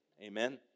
Amen